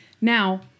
Now